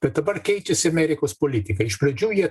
bet dabar keičiasi amerikos politika iš pradžių jie